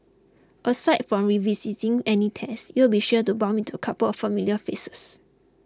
aside from revising any tests you'll be sure to bump into a couple of familiar faces